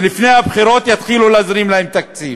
שלפני הבחירות יתחילו להזרים להם תקציב.